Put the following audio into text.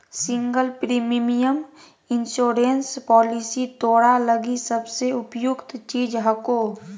single premium insurance policy तोरा लगी सबसे उपयुक्त चीज हको